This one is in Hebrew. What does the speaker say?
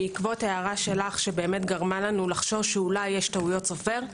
בעקבות הערה שלך שגרמה לנו לחשוש שאולי יש טעויות סופר,